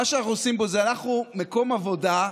מה שאנחנו עושים פה זה אנחנו מקום עבודה,